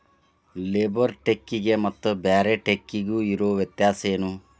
Labour ಚೆಕ್ಕಿಗೆ ಮತ್ತ್ ಬ್ಯಾರೆ ಚೆಕ್ಕಿಗೆ ಇರೊ ವ್ಯತ್ಯಾಸೇನು?